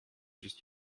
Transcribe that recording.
just